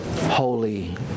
holy